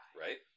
Right